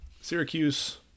Syracuse